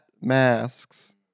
masks